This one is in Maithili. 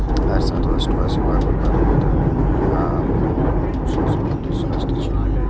अर्थशास्त्र वस्तु आ सेवाक उत्पादन, वितरण आ उपभोग सं संबंधित शास्त्र छियै